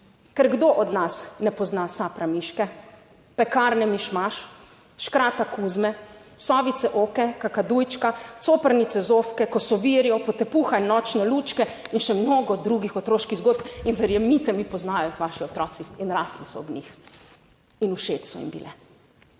ker kdo od nas ne pozna Sapramiške, Pekarne Mišmaš, Škrata Kuzme, Sovice Oke, Kakadujčka, Coprnice Zofke, Kosovirjev, Potepuha in Nočne lučke in še mnogo drugih otroških zgodb. In verjemite mi, poznajo jih vaši otroci in rasli so ob njih in všeč so jim bile.